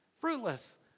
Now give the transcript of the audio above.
Fruitless